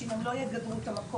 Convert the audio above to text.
שאם הם לא יגדרו את המקום,